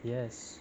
yes